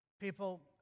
people